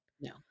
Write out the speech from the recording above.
No